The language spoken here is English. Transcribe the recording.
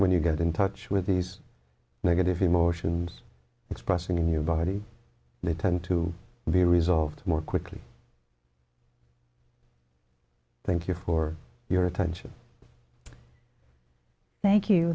when you get in touch with these negative emotions expressing in your body may tend to be resolved more quickly thank you for your attention thank you